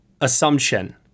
assumption